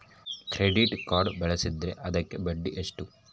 Credit card ಬಳಸಿದ್ರೇ ಅದಕ್ಕ ಬಡ್ಡಿ ಎಷ್ಟು?